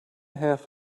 half